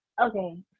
Okay